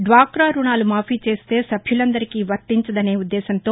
డ్వాకా రుణాలు మాఫీ చేస్తే సభ్యులందరికీ వర్తించదనే ఉద్దేళ్యంతో